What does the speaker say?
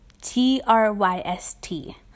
T-R-Y-S-T